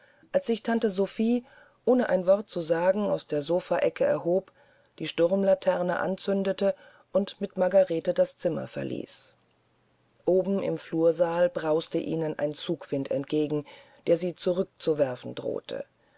als sich tante sophie ohne ein wort zu sagen aus der sofaecke erhob die sturmlaterne anzündete und mit margarete das zimmer verließ oben im flursaal brauste ihnen ein zugwind entgegen der sie zurückzuwerfen drohte